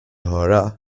höra